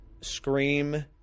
scream